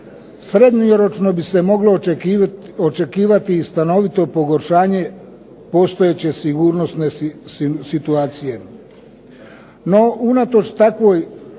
srednjoročno bi se moglo očekivati i stanovito pogoršanje postojeće sigurnosne situacije.